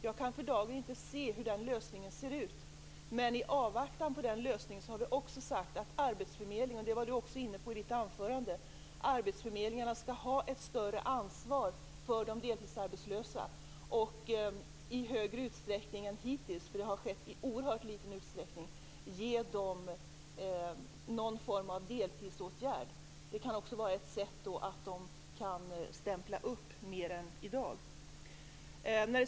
Jag kan för dagen inte se hur den lösningen skall se ut, men i avvaktan på den lösningen har vi sagt, som Hans Andersson också nämnde i sitt anförande, att arbetsförmedlingarna skall ta ett större ansvar för de deltidsarbetslösa och i större utsträckning - tidigare har det nämligen skett i en oerhört liten utsträckning - ge dem någon form av deltidsåtgärd. Det kan också handla om att de skall kunna stämpla upp mer än i dag.